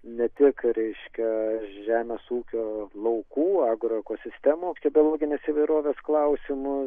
ne tik reiškia žemės ūkio laukų agrokosistemų biologinės įvairovės klausimų